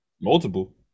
Multiple